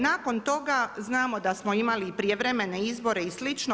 Nakon toga znamo da smo imali i prijevremene izbore i slično.